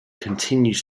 continues